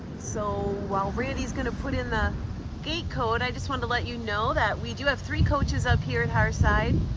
so while randy's gonna put in the gate code, i just want to let you know that we do have three coaches up here at hearthside.